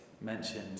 mentioned